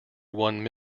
one